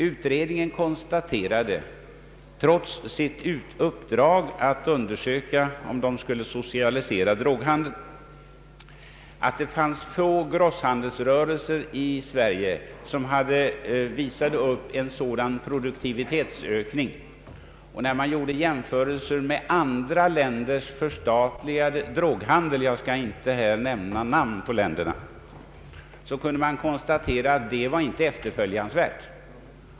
Utredningen konstaterade, trots sitt uppdrag att undersöka om man skulle socialisera droghandeln, att det fanns få grosshandelsrörelser i Sverige som visade upp en sådan produktivitetsökning som den. När man gjorde jämförelser med andra länders förstatligade droghandel — jag skall inte här nämna några namn på länderna — kunde man konstatera att exemplen inte var efterföljansvärda.